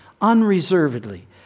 unreservedly